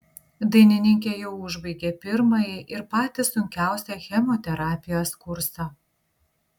dainininkė jau užbaigė pirmąjį ir patį sunkiausią chemoterapijos kursą